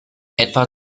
etwa